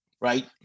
Right